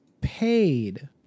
paid